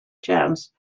chance